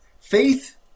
Faith